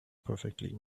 perfectly